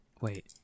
Wait